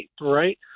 right